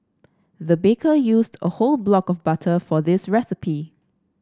the baker used a whole block of butter for this recipe